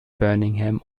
birmingham